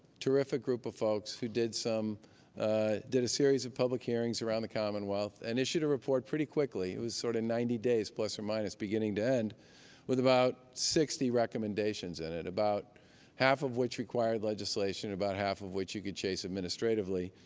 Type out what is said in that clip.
terrific group of folks who did did a series of public hearings around the commonwealth, and issued a report pretty quickly it was sort of ninety days plus or minus, beginning to end with about sixty recommendations in it, about half of which required legislation, and about half of which you could chase administratively.